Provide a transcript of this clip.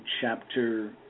chapter